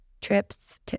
trips